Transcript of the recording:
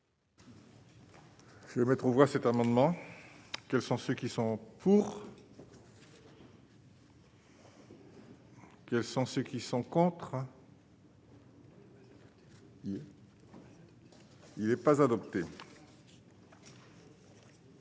Je me trouverai cet amendement, quels sont ceux qui sont pour. Quels sont ceux qui sont contre. Il n'est pas adopté.